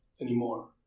anymore